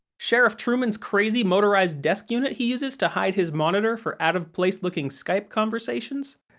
sheriff truman's crazy motorized desk unit he uses to hide his monitor for out-of-place-looking skype conversations.